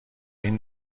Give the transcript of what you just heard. این